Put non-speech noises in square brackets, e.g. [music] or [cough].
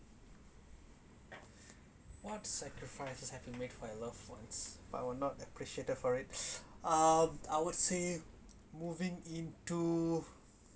[breath] what sacrifices have you make for your loved ones but were not appreciated for it um I would say moving into